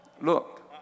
look